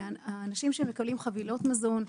כי האנשים שמקבלים חבילות מזון,